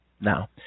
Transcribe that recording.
Now